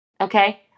okay